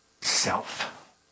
self